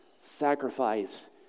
Sacrifice